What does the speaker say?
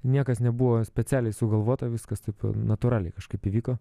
niekas nebuvo specialiai sugalvota viskas taip natūraliai kažkaip įvyko